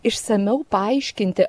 išsamiau paaiškinti